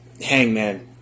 Hangman